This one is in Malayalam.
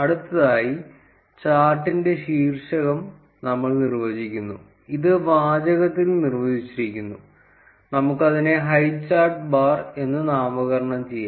അടുത്തതായി ചാർട്ടിന്റെ ശീർഷകം നമ്മൾ നിർവ്വചിക്കുന്നു ഇത് വാചകത്തിൽ നിർവചിച്ചിരിക്കുന്നു നമുക്ക് അതിനെ ഹൈചാർട്ട് ബാർ എന്ന് നാമകരണം ചെയ്യാം